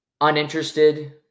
Uninterested